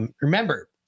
Remember